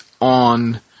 on